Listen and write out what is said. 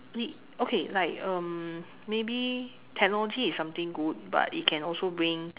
it okay like um maybe technology is something good but it can also bring